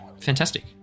fantastic